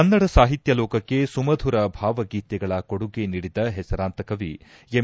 ಕನ್ನಡ ಸಾಹಿತ್ಯ ಲೋಕಕ್ಕೆ ಸುಮಧುರ ಭಾವಗೀತೆಗಳ ಕೊಡುಗೆ ನೀಡಿದ ಹೆಸರಾಂತ ಕವಿ ಎಂ